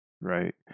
Right